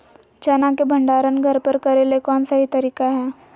चना के भंडारण घर पर करेले कौन सही तरीका है?